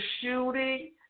shooting